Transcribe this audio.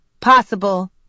Possible